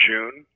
June